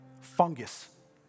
Fungus